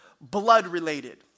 blood-related